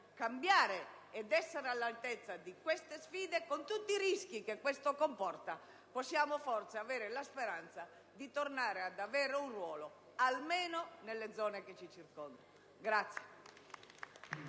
cambiare ed essere all'altezza di queste sfide, con tutti i rischi che ciò comporta, forse possiamo avere la speranza di tornare ad assumere un ruolo, almeno nelle aree che ci circondano.